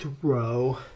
throw